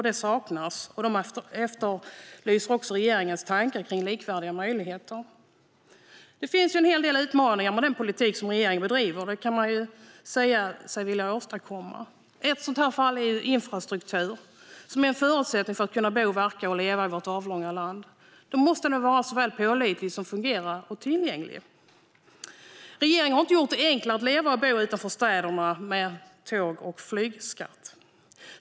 Detta saknas i propositionen, och man efterlyser regeringens tankar om likvärdiga möjligheter. Det finns en hel del utmaningar med den politik som regeringen bedriver och det den säger sig vilja åstadkomma. Ett sådant fall är infrastruktur, som är en förutsättning för att människor ska kunna bo, verka och leva i vårt avlånga land. Då måste infrastrukturen vara såväl pålitlig som fungerande och tillgänglig. Regeringen har inte gjort det enklare att leva och bo utanför städerna med tåg och flygskatt.